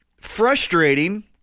frustrating